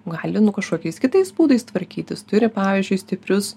gali nu kažkokiais kitais būdais tvarkytis turi pavyzdžiui stiprius